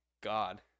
god